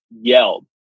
yelled